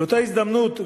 באותה הזדמנות,